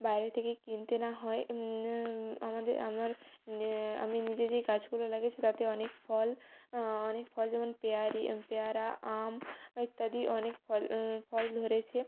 বাইরে থেকে কিনতে না হয় আমাদের আমার নে আমি নিজে যেই গাছগুলো লাগিয়েছি তাতে অনেক ফল অনেক ফল যেমন পেয়ারি পেয়ারা আম ইত্যাদি অনেক ফল ফল ধরেছে